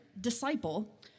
disciple